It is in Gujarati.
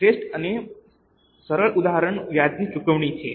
શ્રેષ્ઠ અને સરળ ઉદાહરણ વ્યાજની ચુકવણી છે